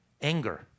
Anger